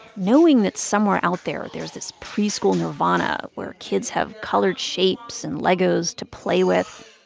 knowing that somewhere out there there's this preschool nirvana where kids have colored shapes and legos to play with